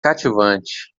cativante